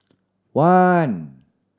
one